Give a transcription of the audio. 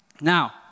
Now